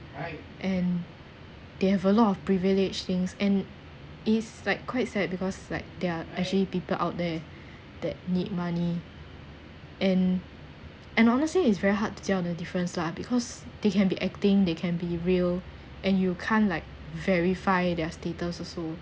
and they have a lot of privilege things and is like quite sad because like there are actually people out there that need money and and honestly is very hard to tell the difference lah because they can be acting they can be real and you can't like verify their status also